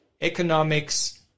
economics